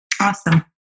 Awesome